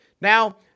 Now